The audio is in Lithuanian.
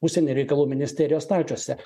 užsienio reikalų ministerijos stalčiuose